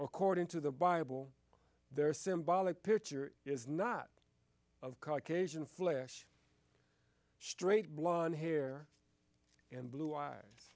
according to the bible there are symbolic pitcher is not of caucasian flesh straight blond hair and blue eyes